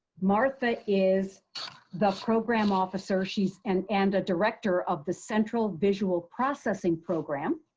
martha is the program officer. she's and and a director of the central visual processing program.